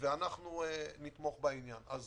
אנחנו נתמוך בעניין.